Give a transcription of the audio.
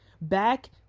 Back